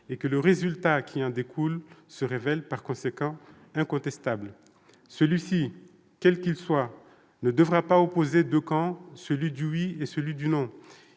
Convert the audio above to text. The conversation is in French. et que le résultat qui en découle se révèle par conséquent incontestable. Ce résultat, quel qu'il soit, ne devra pas opposer deux camps : celui du « oui » et celui du « non